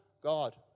God